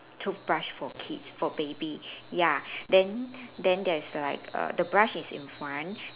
toothbrush for kids for baby ya then then there's like err the brush is in front